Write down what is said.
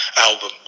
album